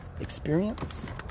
experience